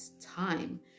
time